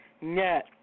net